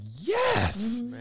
yes